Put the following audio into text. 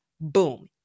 Boom